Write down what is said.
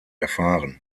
erfahren